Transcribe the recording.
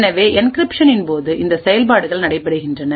எனவே என்கிரிப்ஷனின் போது இந்த செயல்பாடுகள் நடைபெறுகின்றன